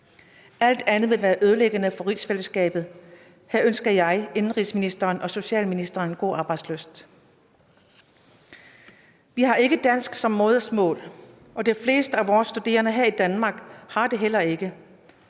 Alt andet vil være ødelæggende for rigsfællesskabet. Her ønsker jeg indenrigsministeren og socialministeren god arbejdslyst. Vi har ikke dansk som modersmål, og de fleste af vores studerende her i Danmark har det heller ikke.